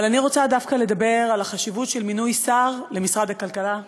אבל אני רוצה דווקא לדבר על החשיבות של מינוי שר למשרד הכלכלה.